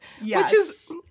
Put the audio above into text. Yes